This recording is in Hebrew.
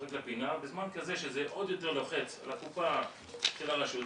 דוחק לפינה בזמן כזה שזה עוד יותר לוחץ על הקופה של הרשות.